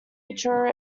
mature